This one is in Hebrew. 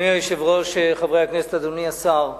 אדוני היושב-ראש, חברי הכנסת, אדוני השר,